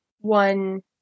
one